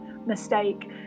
mistake